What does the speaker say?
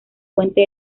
puente